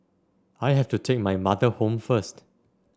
I have to take my mother home first